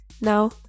Now